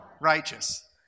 righteous